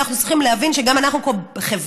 אנחנו צריכים להבין שגם אנחנו כחברה,